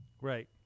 Right